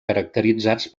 caracteritzats